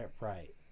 Right